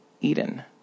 Eden